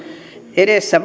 edessä